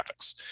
graphics